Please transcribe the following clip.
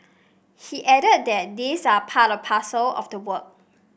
he added that these are part and parcel of the job